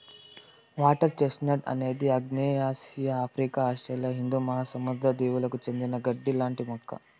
water chestnut అనేది ఆగ్నేయాసియా, Africa, Australia హిందూ మహాసముద్ర దీవులకు చెందిన గడ్డి లాంటి మొక్క